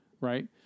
right